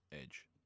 edge